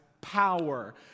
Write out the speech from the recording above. power